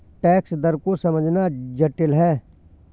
tax दर को समझना जटिल है